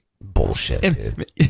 Bullshit